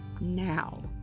now